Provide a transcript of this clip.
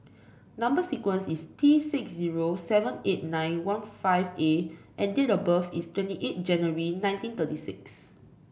number sequence is T six zero seven eight nine one five A and date of birth is twenty eight January nineteen thirty six